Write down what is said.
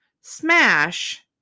Smash